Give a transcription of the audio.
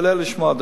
ותתפלא לשמוע,